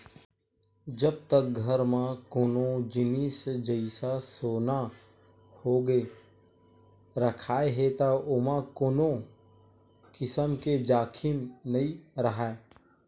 जब तक घर म कोनो जिनिस जइसा सोना होगे रखाय हे त ओमा कोनो किसम के जाखिम नइ राहय